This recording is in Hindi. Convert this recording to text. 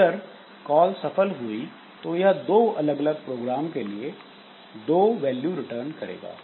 अगर कॉल सफल हुई तो यह दो अलग अलग प्रोग्राम के लिए दो वैल्यू रिटर्न करेगा